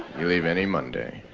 you leave any monday